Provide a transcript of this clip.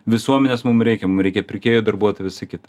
visuomenės mum reikia mum reikia pirkėjų darbuotojų visa kita